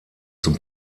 zum